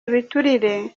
ibiturire